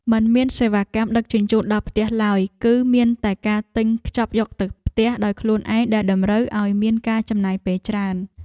មិនមានសេវាកម្មដឹកជញ្ជូនដល់ផ្ទះឡើយ គឺមានតែការទិញខ្ចប់យកទៅផ្ទះដោយខ្លួនឯងដែលតម្រូវឱ្យមានការចំណាយពេលច្រើន។